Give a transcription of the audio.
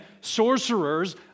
sorcerers